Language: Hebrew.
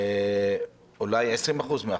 אולי 20% מהחוק.